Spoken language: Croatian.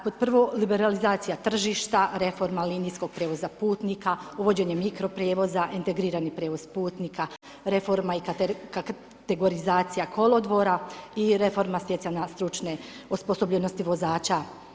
Pod prvo liberalizacija tržišta, reforma linijskog prijevoza putnika, uvođenje mikro prijevoza, integrirani prijevoz putnika, reforma i kategorizacija kolodvora i reforma stjecanja stručne osposobljenosti vozača.